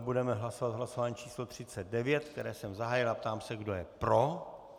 Budeme hlasovat v hlasování číslo 39, které jsem zahájil, a ptám se, kdo je pro.